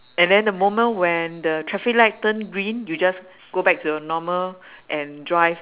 and then the moment when the traffic light turn green you just go back to the normal and drive